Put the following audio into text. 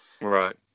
Right